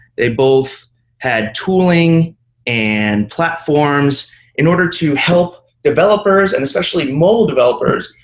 they both had tooling and platforms in order to help developers, and especially mobile developers,